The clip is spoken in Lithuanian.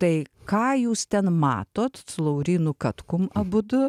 tai ką jūs ten matot su laurynu katkum abudu